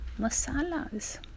masalas